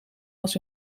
was